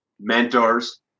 mentors